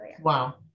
Wow